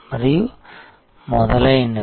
మరియు మొదలైనవి